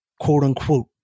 quote-unquote